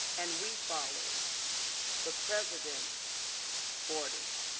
and we followed the president's orders.